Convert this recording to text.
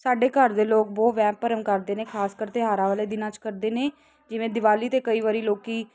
ਸਾਡੇ ਘਰ ਦੇ ਲੋਕ ਬਹੁਤ ਵਹਿਮ ਭਰਮ ਕਰਦੇ ਨੇ ਖ਼ਾਸ ਕਰਕੇ ਤਿਉਹਾਰਾਂ ਵਾਲੇ ਦਿਨਾਂ 'ਚ ਕਰਦੇ ਨੇ ਜਿਵੇਂ ਦੀਵਾਲੀ 'ਤੇ ਕਈ ਵਾਰ ਲੋਕ